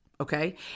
Okay